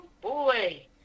boy